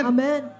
Amen